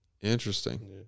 Interesting